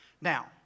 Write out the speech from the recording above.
Now